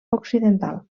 occidental